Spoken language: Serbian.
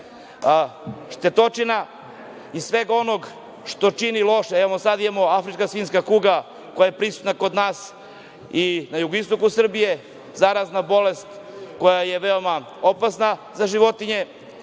štetočina i svega onog što čini loše. Evo, sada imamo afričku svinjsku kugu koja je prisutna kod nas i na jugoistoku Srbije, zarazna bolest koja je veoma opasna za životinje. Mislim